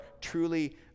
truly